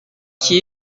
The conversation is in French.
qui